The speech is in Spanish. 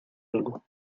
algo